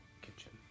kitchen